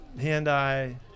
hand-eye